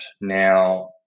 Now